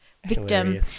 Victim